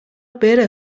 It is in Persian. بره